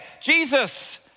Jesus